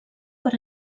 per